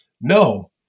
no